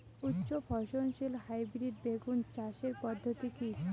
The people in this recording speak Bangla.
উচ্চ ফলনশীল হাইব্রিড বেগুন চাষের পদ্ধতি কী?